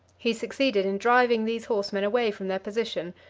he succeeded in driving these horsemen away from their position,